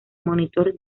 monitor